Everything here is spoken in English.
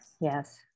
Yes